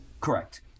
correct